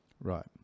right